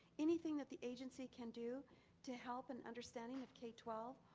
anything that the agency can do to help in understanding of k twelve,